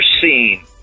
seen